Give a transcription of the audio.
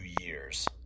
years